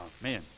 man